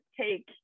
take